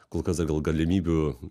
kol kas dar gal galimybių